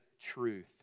truth